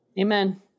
Amen